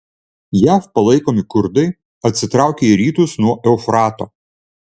jav palaikomi kurdai atsitraukė į rytus nuo eufrato